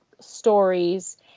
stories